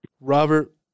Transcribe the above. Robert